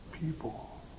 people